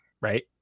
Right